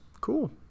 Cool